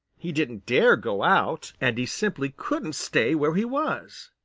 he didn't dare go out, and he simply couldn't stay where he was.